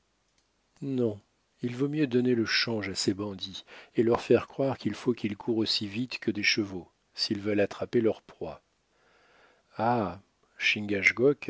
non il vaut mieux donner le change à ces bandits et leur faire croire qu'il faut qu'ils courent aussi vite que des chevaux s'ils veulent attraper leur proie ah